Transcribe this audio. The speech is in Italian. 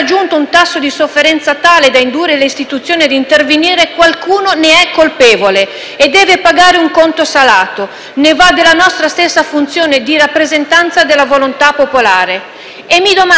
ha raggiunto un tasso di sofferenza tale da indurre le istituzioni a intervenire, qualcuno ne è colpevole e deve pagare un conto salato: ne va della nostra stessa funzione di rappresentanza della volontà popolare.